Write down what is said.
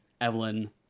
evelyn